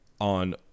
on